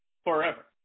Forever